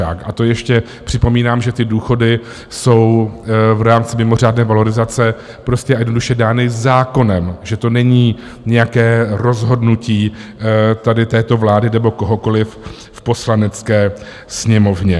A to ještě připomínám, že důchody jsou v rámci mimořádné valorizace prostě a jednoduše dány zákonem, že to není nějaké tady této vlády nebo kohokoliv v Poslanecké sněmovně.